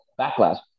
backlash